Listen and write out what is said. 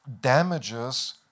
damages